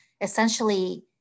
essentially